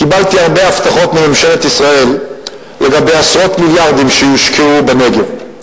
קיבלתי הרבה הבטחות מממשלת ישראל לגבי עשרות מיליארדים שיושקעו בנגב.